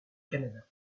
canada